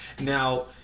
Now